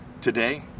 Today